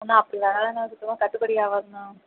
அண்ணா அப்படி வராதுண்ணா சுத்தமாக கட்டுப்படி ஆகாதுண்ணா